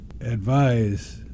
advise